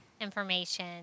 information